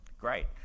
Great